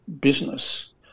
business